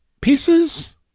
pieces